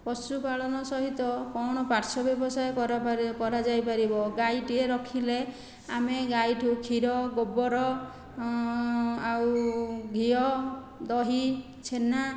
ପଶୁ ପାଳନ ସହିତ କ'ଣ ପାର୍ଶ୍ଵ ବ୍ୟବସାୟ କରାଯାଇପାରିବ ଗାଈଟିଏ ରଖିଲେ ଆମେ ଗାଈଠୁ କ୍ଷୀର ଗୋବର ଆଉ ଘିଅ ଦହି ଛେନା